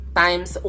times